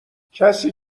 کسی